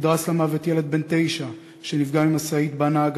נדרס למוות ילד בן 9 שנפגע ממשאית שבה נהג